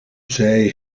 zij